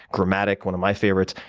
chromatic, one of my favorites,